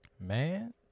Man